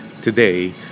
Today